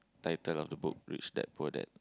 title of the book Rich Dad Poor Dad